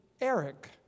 Eric